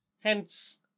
hence